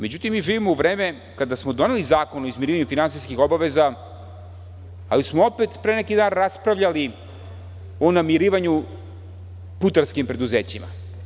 Mi živimo u jednom vremenu kada smo doneli Zakon o izmirivanju zakonskih obaveza, ali smo opet pre neki dan raspravljali o namirivanju putarskim preduzećima.